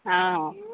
ହଁ ହଁ